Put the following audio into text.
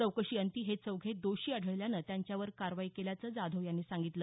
चौकशीअंती हे चौघे दोषी आढळल्यानं त्यांच्यावर कारवाई केल्याचं जाधव यांनी सांगितलं